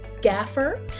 Gaffer